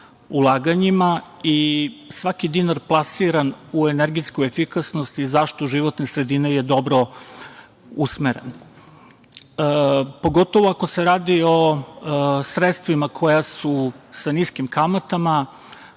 ulaganjima i svaki dinar plasiran u energetsku efikasnost i zaštitu životne sredine je dobro usmeren, pogotovo ako se radi o sredstvima koja su sa niskim kamatama,